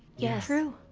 yeah. true.